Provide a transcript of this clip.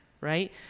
right